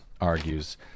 argues